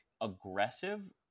aggressive